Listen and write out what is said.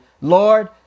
Lord